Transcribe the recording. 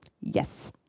Yes